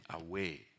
away